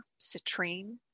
citrine